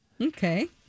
Okay